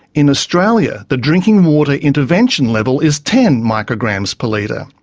in australia, the drinking water intervention level is ten micrograms per litre.